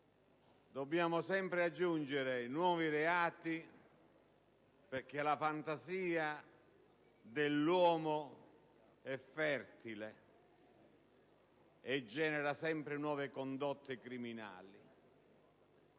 dobbiamo sempre aggiungere nuovi reati, perché la fantasia dell'uomo è fertile e genera sempre nuove condotte criminali.